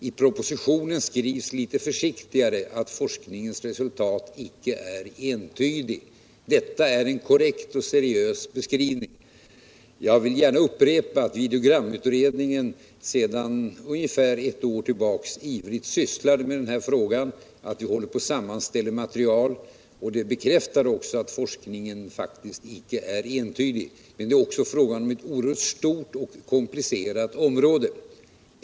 I propositionen skrivs något försiktigare, nämligen att forskningens resultat icke är entydiga. Detta är en korrekt och seriös beskrivning. Jag vill gärna upprepa att videogramutredningen sedan ungefär ett år tillbaka ivrigt har sysslat med denna fråga och håller på att sammanställa material. Det beskriver också att forskningen icke är entydig. Men detta är ett oerhört stort och komplicerat område.